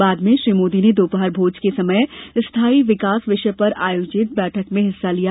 बाद में श्री मोदी ने दोपहर मोज के समय स्थाई विकास विषय पर आयोजित बैठक में हिस्सा लिया